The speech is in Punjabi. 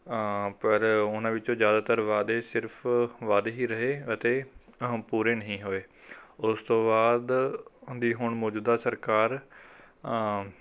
ਪਰ ਉਹਨਾਂ ਵਿੱਚੋਂ ਜ਼ਿਆਦਾਤਰ ਵਾਅਦੇ ਸਿਰਫ ਵਾਅਦੇ ਹੀ ਰਹੇ ਅਤੇ ਉਹ ਪੂਰੇ ਨਹੀਂ ਹੋਏ ਉਸ ਤੋਂ ਬਾਅਦ ਦੀ ਹੁਣ ਮੌਜੂਦਾ ਸਰਕਾਰ